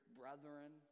brethren